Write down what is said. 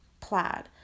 plaid